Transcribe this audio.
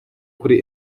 kuri